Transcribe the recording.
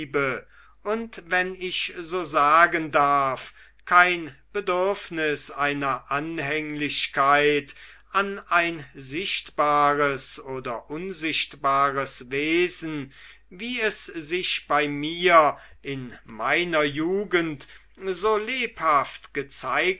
und wenn ich so sagen darf kein bedürfnis einer anhänglichkeit an ein sichtbares oder unsichtbares wesen wie es sich bei mir in meiner jugend so lebhaft gezeigt